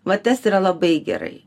va tas yra labai gerai